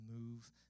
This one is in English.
move